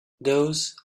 those